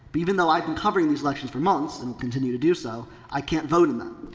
even though i've been covering these elections for months and continue to do so i can't vote in them.